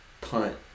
Punt